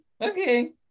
Okay